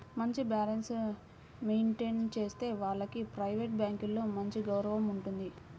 మంచి balance maintain చేసే వాళ్లకు ప్రైవేట్ బ్యాంకులలో మంచి గౌరవం ఉంటుంది